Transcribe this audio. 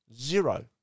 zero